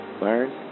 Learn